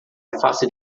afasta